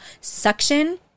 suction